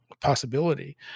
possibility